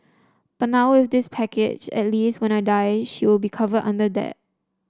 but now with this package at least when I die she will be covered under that